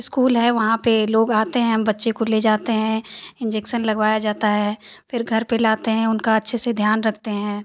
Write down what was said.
school हैं वहाँ पर लोग आते हैं हम बच्चे को ले जाते हैं इन्जेक्सन लगवाया जाता है फिर घर पर लाते हैं उनका अच्छे से ध्यान रखते हैं